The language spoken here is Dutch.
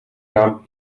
naam